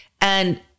And-